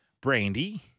Brandy